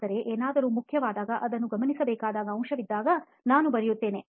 ಆದರೆ ಏನಾದರೂ ಮುಖ್ಯವಾದಾಗ ಅದನ್ನು ಗಮನಿಸಬೇಕಾದ ಅಂಶವಿದ್ದಾಗ ನಾನು ಬರೆಯುತ್ತೇನೆ